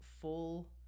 full